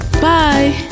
Bye